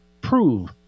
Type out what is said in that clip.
prove